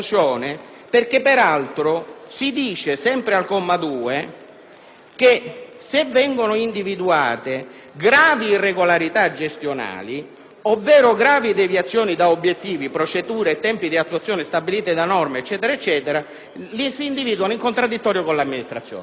che se vengono individuate gravi irregolarità gestionali, ovvero gravi deviazioni da obiettivi, procedure o tempi di attuazione stabiliti dalle norme, la Corte ne individua le cause in contraddittorio con l'amministrazione. Ma se vengono accertate gravi irregolarità gestionali